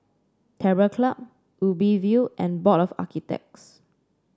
Terror Club Ubi View and Board of Architects